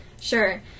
Sure